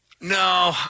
No